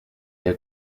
der